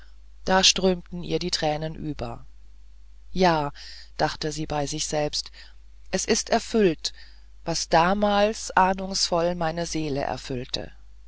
da strömten ihre tränen über ja dachte sie bei sich selbst es ist erfüllt was damals ahnungsvoll meine seele füllte